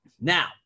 Now